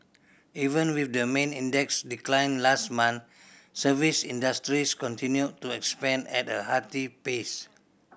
even with the main index decline last month service industries continued to expand at a hearty pace